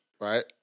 right